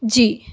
جی